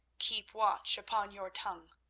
keep watch upon your tongue,